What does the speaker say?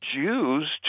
Jews